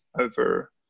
over